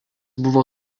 buvo